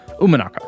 Umanaka